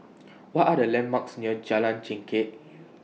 What Are The landmarks near Jalan Chengkek